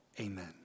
Amen